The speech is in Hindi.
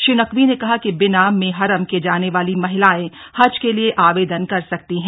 श्री नकवी ने कहा कि बिना मेहरम के जाने वाली महिलाए हज के लिए आवेदन कर सकती हैं